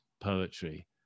poetry